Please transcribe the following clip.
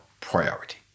priority